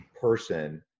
person